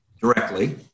directly